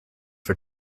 for